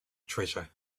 treasure